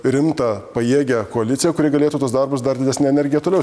rimtą pajėgią koaliciją kuri galėtų tuos darbus dar didesne energija toliau